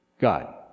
God